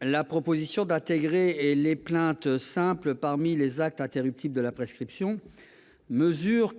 la proposition d'inscrire les plaintes simples parmi les actes interruptifs de la prescription, mesure